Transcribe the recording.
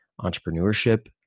entrepreneurship